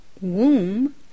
womb